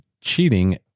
cheating